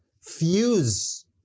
fuse